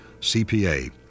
CPA